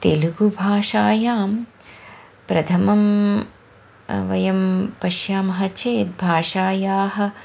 तेलुगुभाषायां प्रथमं वयं पश्यामः चेत् भाषायाः